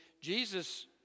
Jesus